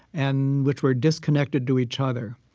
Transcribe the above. and which were disconnected to each other.